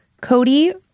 Cody